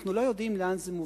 אנחנו לא יודעים לאן זה מוביל.